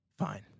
Fine